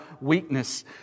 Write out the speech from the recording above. weakness